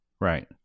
Right